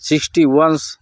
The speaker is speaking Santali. ᱥᱤᱥᱴᱤ ᱚᱣᱟᱱᱥ